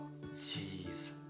jeez